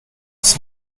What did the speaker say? des